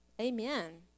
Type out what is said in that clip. Amen